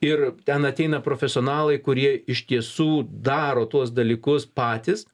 ir ten ateina profesionalai kurie iš tiesų daro tuos dalykus patys